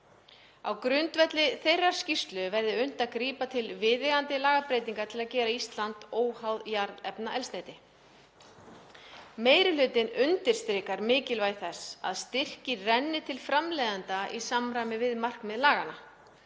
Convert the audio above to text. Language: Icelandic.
Á grundvelli þeirrar skýrslu verði unnt að grípa til viðeigandi lagabreytingar til að gera Ísland óháð jarðefnaeldsneyti. Meiri hlutinn undirstrikar mikilvægi þess að styrkir renni til framleiðenda í samræmi við markmið laganna.